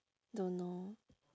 don't know